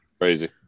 Crazy